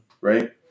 Right